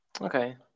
Okay